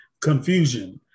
confusion